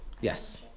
Yes